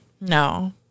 No